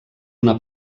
una